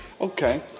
Okay